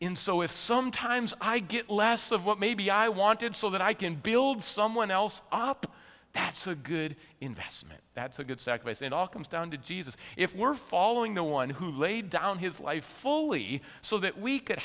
in so if sometimes i get less of what maybe i wanted so that i can build someone else up that's a good investment that's a good segue so it all comes down to jesus if we're following the one who laid down his life fully so that we could